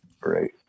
Great